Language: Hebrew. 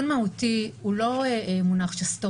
הם לא מוסדרים.